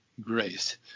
grace